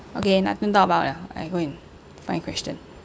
okay nothing to talk about liao I go and find question